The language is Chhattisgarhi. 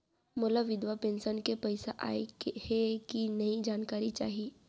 मोला विधवा पेंशन के पइसा आय हे कि नई जानकारी चाही?